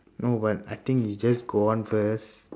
no but I think you just go on first